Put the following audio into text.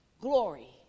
glory